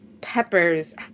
peppers